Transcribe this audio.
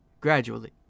gradually